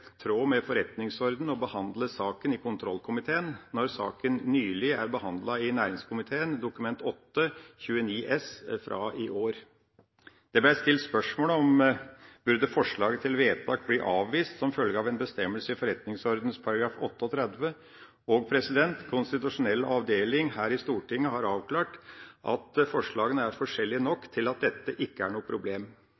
tråd med forretningsordenen å behandle saken i kontrollkomiteen når saken nylig er behandlet i næringskomiteen, Dokument 8:29 S fra i år. Det ble stilt spørsmål om forslaget til vedtak burde bli avvist som følge av en bestemmelse i forretningsordenens § 38. Konstitusjonell avdeling her i Stortinget har avklart at forslagene er forskjellige nok